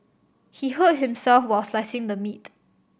he hurt himself while slicing the meat